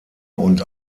und